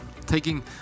taking